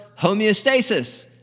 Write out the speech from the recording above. homeostasis